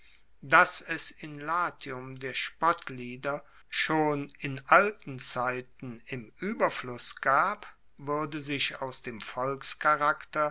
dass es in latium der spottlieder schon in alten zeiten im ueberfluss gab wuerde sich aus dem